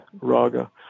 raga